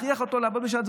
מכריחים אותו לעבוד בשבת,